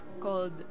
called